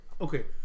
Okay